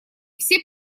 все